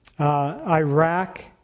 Iraq